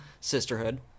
sisterhood